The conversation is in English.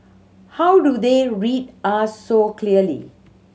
how do they read us so clearly